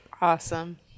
Awesome